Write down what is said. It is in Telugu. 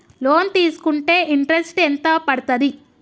లోన్ తీస్కుంటే ఇంట్రెస్ట్ ఎంత పడ్తది?